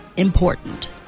important